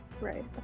right